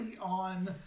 on